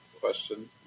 question